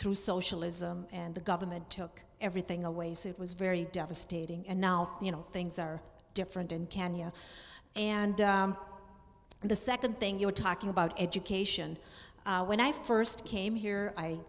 through socialism and the government took everything away so it was very devastating and now you know things are different in kenya and the second thing you were talking about education when i first came here i